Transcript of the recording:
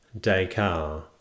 Descartes